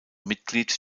mitglied